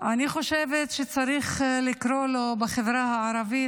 אני חושבת שצריך לקרוא לו בחברה הערבית